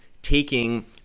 taking